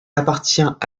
appartient